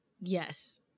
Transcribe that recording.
yes